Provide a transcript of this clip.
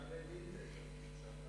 מעבד "אינטל".